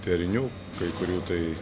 derinių kai kurių tai